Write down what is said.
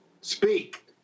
Speak